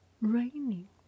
raining